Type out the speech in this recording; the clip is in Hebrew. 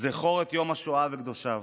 זכור את יום השואה וקדושיו,